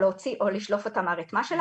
או לשלוף אותו מהרתמה,